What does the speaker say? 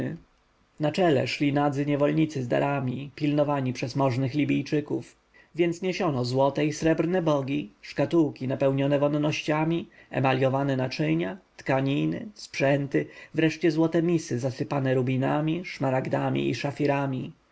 na czele szli nadzy niewolnicy z darami pilnowani przez możnych libijczyków więc niesiono złote i srebrne bogi szkatułki napełnione wonnościami emaljowane naczynia tkaniny sprzęty wreszcie złote misy zasypane rubinami szafirami i szmaragdami